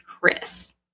Chris